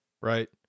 Right